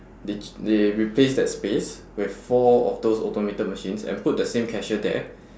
they k~ they replace that space with four of those automated machines and put the same cashier there